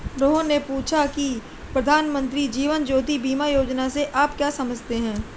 रोहन ने पूछा की प्रधानमंत्री जीवन ज्योति बीमा योजना से आप क्या समझते हैं?